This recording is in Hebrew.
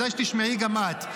כדאי שתשמעי גם את.